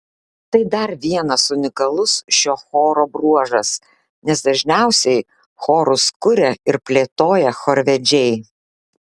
tai dar vienas unikalus šio choro bruožas nes dažniausiai chorus kuria ir plėtoja chorvedžiai